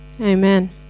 Amen